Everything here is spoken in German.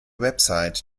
website